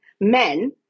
Men